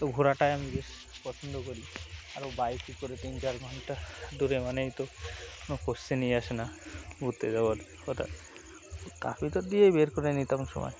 তো ঘোরাটাই আমি বেশ পছন্দ করি আরও বাইকই করে তিন চার ঘণ্টা দূরে মানেই তো কোনো কোশ্চেনই আসে না ঘুরতে যাওয়ার হথাৎ তা ভিতর দিয়েই বের করে নিতাম সময়